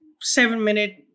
seven-minute